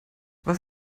was